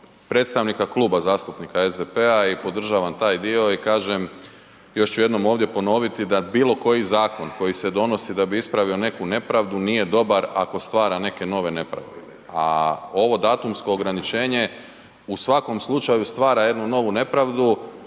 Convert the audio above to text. predstavnika Kluba zastupnika SDP-a i podržavam taj dio i kažem, još ću jednom ovdje ponoviti da bilo koji zakon koji se donosi da bi ispravio neku nepravdu nije dobar ako stvara neke nove nepravde, a ovo datumsko ograničenje u svakom slučaju stvara jednu novu nepravdu